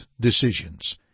decisions